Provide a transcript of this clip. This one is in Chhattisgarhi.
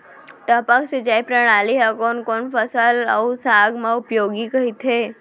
टपक सिंचाई प्रणाली ह कोन कोन फसल अऊ साग म उपयोगी कहिथे?